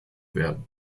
werden